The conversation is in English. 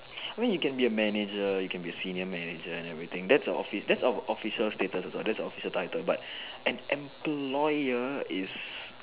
I mean you can be a manager you can be a senior manager and everything that's a official that's a official status also what that's a official title but an employer is